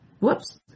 Whoops